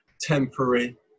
temporary